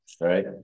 right